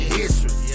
history